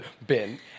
Ben